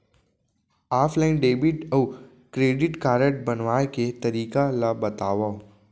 Offline debit अऊ credit card बनवाए के तरीका ल बतावव?